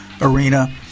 arena